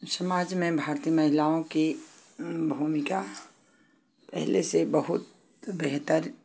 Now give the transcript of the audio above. समाज में भारतीय महिलाओं की भूमिका पहले से बहुत बेहतर